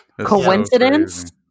Coincidence